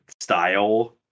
style